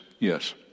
yes